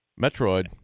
Metroid